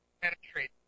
penetrate